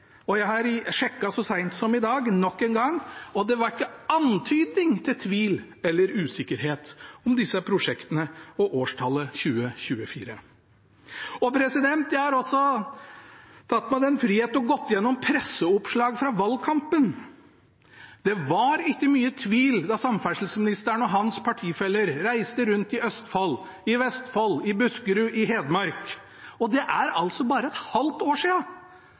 2016–2017. Jeg sjekket så sent som i dag, nok en gang, og det var ikke antydning til tvil eller usikkerhet om disse prosjektene og årstallet 2024. Jeg har også tatt meg den frihet å gå gjennom presseoppslag fra valgkampen. Det var ikke mye tvil da samferdselsministeren og hans partifeller reiste rundt i Østfold, Vestfold, Buskerud og Hedmark, og det er bare et halvt år